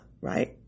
right